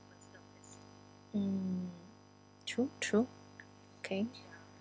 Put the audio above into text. mm true true okay